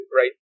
right